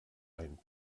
ein